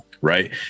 Right